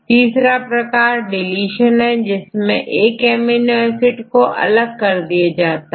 तीसरा प्रकार डीलीशन है इसमें 1 अमीनो रेसिड्यू को अलग कर दिया जाता है